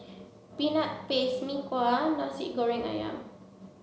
peanut paste Mee Kuah and Nasi Goreng Ayam